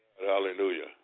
Hallelujah